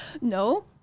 No